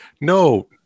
no